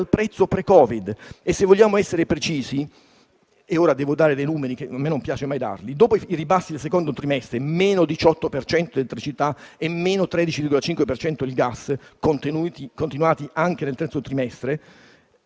livelli pre-Covid. Se vogliamo essere precisi - ora devo dare dei numeri, cosa che non mi piace fare - dopo i ribassi del secondo trimestre (-18 per cento l'elettricità e -13,5 per cento il gas), continuati anche nel terzo trimestre,